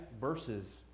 verses